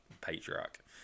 Patriarch